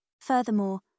Furthermore